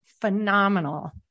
phenomenal